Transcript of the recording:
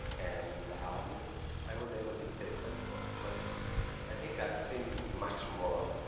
and um i was able to take that course. but i think i've seen much more.